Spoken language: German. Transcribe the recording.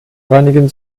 reinigen